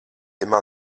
immer